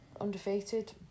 undefeated